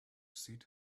seat